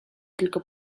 tylko